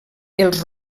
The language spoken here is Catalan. els